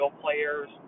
players